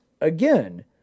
again